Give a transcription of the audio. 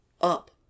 up